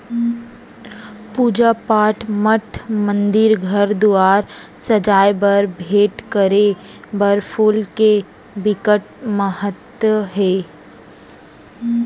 पूजा पाठ, मठ मंदिर, घर दुवार सजाए बर, भेंट करे बर फूल के बिकट महत्ता हे